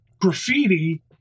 graffiti